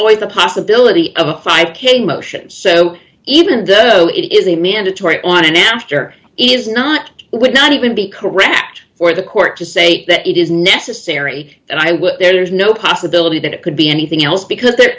always the possibility of a five k motion so even though it is a mandatory on an after it is not it would not even be correct for the court to say that it is necessary and i would there is no possibility that it could be anything else because there